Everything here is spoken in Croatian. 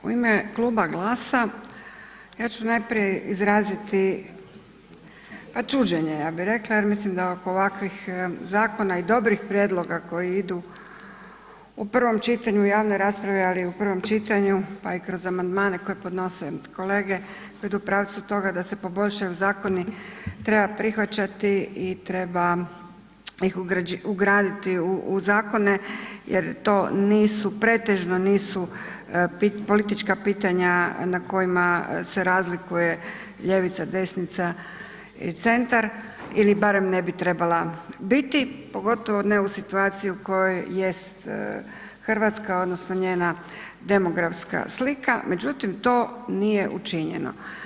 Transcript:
U ime kluba GLAS-a, ja ću najprije izraziti pa čuđenje ja bi rekla jer mislim da oko ovakvih zakona i dobrih prijedloga koji idu u prvom čitanju javne rasprave ali i u prvom čitanju pa i kroz amandmane koje podnose kolege, da idu u pravcu toga da se poboljšaju zakoni, treba prihvaćati i treba ih ugraditi u zakone jer to nisu, pretežno nisu politička pitanja na kojima se razlikuje ljevica, desnica i centar ili barem ne bi trebala biti, pogotovo ne u situaciji u kojoj jest Hrvatska odnosno njena demografska slika međutim to nije učinjeno.